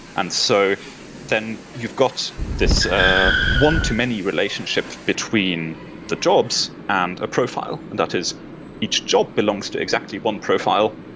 and so then, you've got this one to many relationships between the jobs and a profile, and that is each job belongs to exactly one profile,